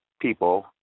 people